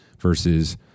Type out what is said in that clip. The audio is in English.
versus